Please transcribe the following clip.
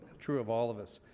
true of all of us.